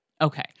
Okay